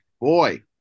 boy